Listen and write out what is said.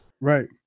Right